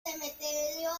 cementerio